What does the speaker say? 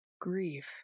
grief